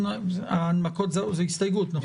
זו הסתייגות, נכון?